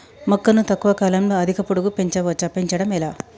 మొక్కను తక్కువ కాలంలో అధిక పొడుగు పెంచవచ్చా పెంచడం ఎలా?